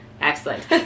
Excellent